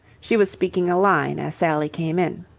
she was speaking a line, as sally came in.